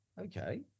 Okay